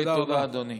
תודה, אדוני.